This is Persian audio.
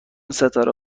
ستاره